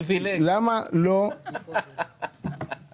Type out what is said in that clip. אגב השמן לטורבינות בחברת החשמל עולה?